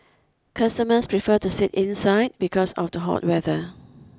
customers prefer to sit inside because of the hot weather